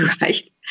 Right